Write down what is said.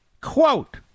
Quote